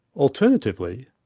alternatively,